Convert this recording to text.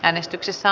äänestyksessä